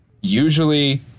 Usually